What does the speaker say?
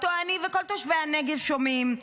אותו אני וכל תושבי הנגב שומעים,